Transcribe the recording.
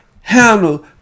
handle